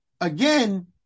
again